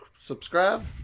subscribe